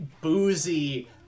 boozy